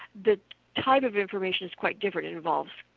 the type of information is quite different. it involves